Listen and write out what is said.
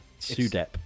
SUDEP